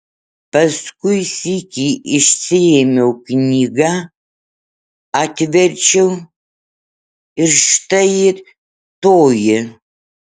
paskui sykį išsiėmiau knygą atverčiau ir štai ji toji